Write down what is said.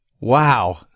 Wow